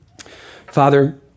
Father